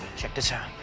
check this out.